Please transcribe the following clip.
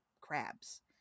crabs